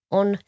on